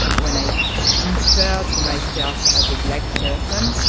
when i so refer to myself as a black person,